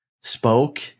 spoke